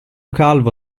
calvo